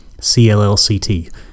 CLLCT